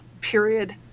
period